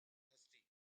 thirsty